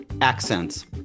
Accents